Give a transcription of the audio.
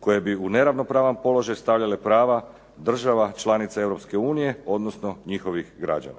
koje bi u neravnopravan položaj stavile prava država članica Europske unije, odnosno njihovih građana.